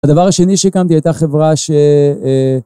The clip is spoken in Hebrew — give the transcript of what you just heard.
הדבר השני שהקמתי הייתה חברה ש...